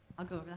i'll go over